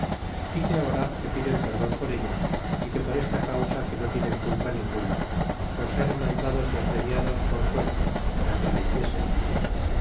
y que ahora que piden perdon por ello y que por esta causa que no tienen culpa ninguna por ser mandados y apremiados por fuerza para que lo hiciesen